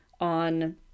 on